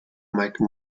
mike